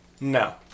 No